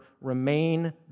remain